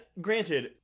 granted